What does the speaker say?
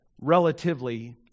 relatively